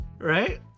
Right